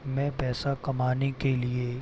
मैं पैसा कमाने के लिए